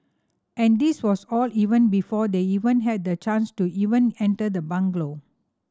and this was all even before they even had the chance to even enter the bungalow